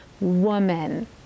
woman